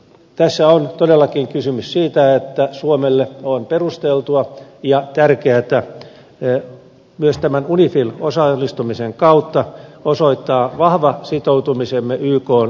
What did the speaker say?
tässä on todellakin kysymys siitä että suomelle on perusteltua ja tärkeätä myös tämän unifil osallistumisen kautta osoittaa vahva sitoutumisemme ykn rauhanturvatoimintaan